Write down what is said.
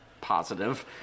positive